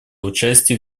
участие